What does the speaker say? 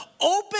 open